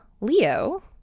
leo